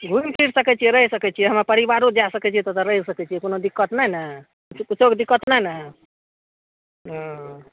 घुमि फिरि सकै छिए रहि सकै छिए हमर परिवारो जै सकै छिए तऽ रहि सकै छिए कोनो दिक्कत नहि ने किछु दिक्कत नहि ने हँ हँ